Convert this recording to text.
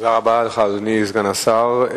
תודה רבה לך, אדוני סגן השר.